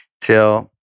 till